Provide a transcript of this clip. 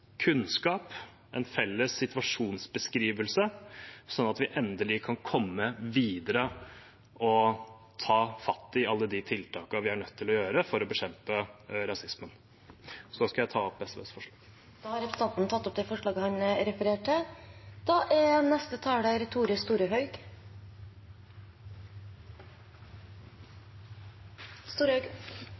kunnskap, en felles situasjonsbeskrivelse, slik at vi endelig kan komme videre og ta fatt i alle de tiltakene vi er nødt til å gjøre for å bekjempe rasisme. Jeg tar til slutt opp SVs forslag. Representanten Freddy André Øvstegård har tatt opp de forslagene han refererte til.